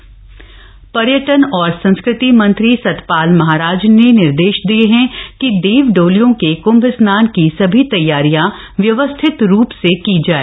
देव डोलियां स्नान पर्यटन और संस्कृति मंत्री सतपाल महाराज ने निर्देश दिये हैं कि देव डोलियों के कृम्भ स्नान की सभी तैयारियां व्यवस्थित रूप से की जाए